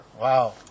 Wow